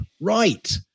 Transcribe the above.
right